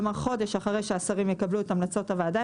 כלומר חודש אחרי שהשרים יקבלו את המלצות הוועדה,